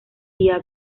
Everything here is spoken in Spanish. tía